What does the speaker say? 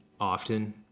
often